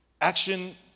Action